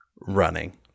running